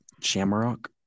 Shamrock